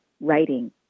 writing